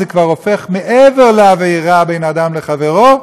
זה כבר הופך מעבר לעבירה בין אדם לחברו,